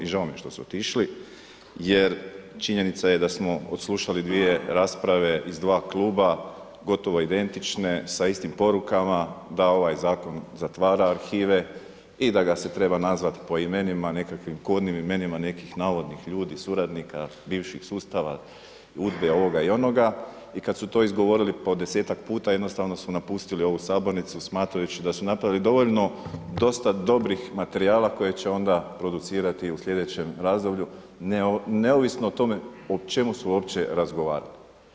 I žao mi je što su otišli jer činjenica je da smo odslušali dvije rasprave iz dva kluba gotovo identične sa istim porukama da ovaj zakon zatvara arhive i da ga se treba nazvati po imenima, nekakvim kodnim imenima nekih navodnih ljudi suradnika, bivših sustava, UDBA-e ovoga, onoga i kada su to izgovorili po desetak puta jednostavno su napustili ovu sabornicu smatrajući da su napravili dovoljno dosta dobrih materijala koje će onda producirati u sljedećem razdoblju, neovisno o tome o čemu su uopće razgovarali.